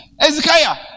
Ezekiah